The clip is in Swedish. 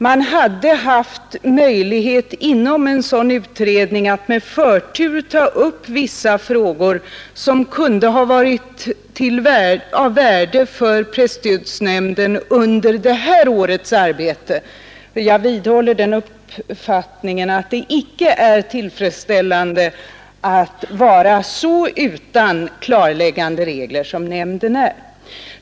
Man hade inom en sådan utredning haft möjligheter att med förtur ta upp vissa frågor, som kunde ha varit av värde för presstödsnämnden under det här årets arbete; jag vidhåller uppfattningen att det inte är tillfredsställande att vara så utan klarläggande regler som nämnden är.